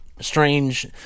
Strange